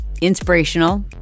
inspirational